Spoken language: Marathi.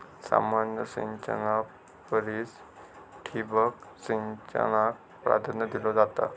सामान्य सिंचना परिस ठिबक सिंचनाक प्राधान्य दिलो जाता